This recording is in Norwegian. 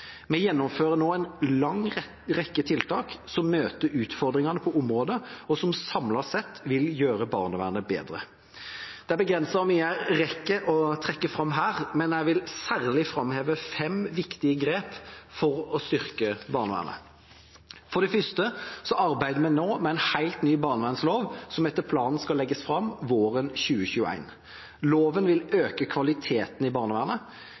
Vi gjennomfører nå en lang rekke tiltak som møter utfordringene på området, og som samlet sett vil gjøre barnevernet bedre. Det er begrenset hvor mye jeg rekker å trekke fram her, men jeg vil særlig framheve fem viktige grep for å styrke barnevernet. For det første arbeider vi nå med en helt ny barnevernslov, som etter planen skal legges fram våren 2021. Loven vil øke kvaliteten i barnevernet.